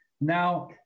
Now